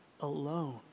alone